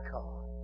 God